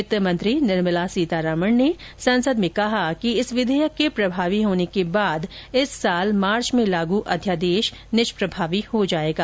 वित्त मंत्री निर्मला सीतारमण ने संसद में कहा कि इस विधेयक के प्रभावी होने के बाद इस वर्ष मार्च में लागू अध्यादेश निष्प्रभावी हो जाएगा